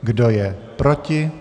Kdo je proti?